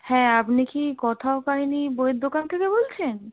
হ্যাঁ আপনি কি কথা ও কাহিনী বইয়ের দোকান থেকে বলছেন